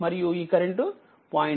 eight ampere